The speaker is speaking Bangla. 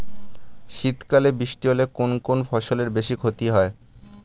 শীত কালে বৃষ্টি হলে কোন কোন ফসলের বেশি ক্ষতি হয়?